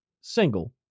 single